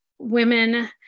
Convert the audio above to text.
Women